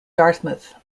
dartmouth